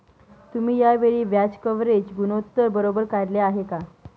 तुम्ही या वेळी व्याज कव्हरेज गुणोत्तर बरोबर काढले आहे का?